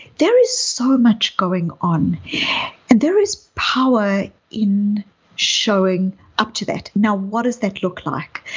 there is so much going on and there is power in showing up to that. now, what does that look like?